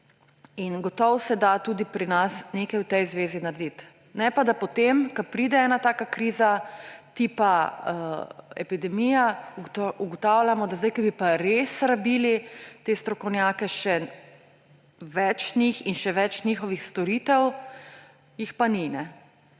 Gotovo se da tudi pri nas nekaj v tej zvezi narediti. Ne pa, da potem ko pride ena taka kriza tipa epidemija, ugotavljamo, da zdaj, ko bi pa res rabili te strokovnjake, še več njih in še več njihovih storitev, jih pa ni!